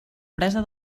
presa